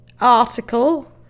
article